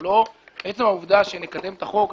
עצם העובדה שנקדם את החוק,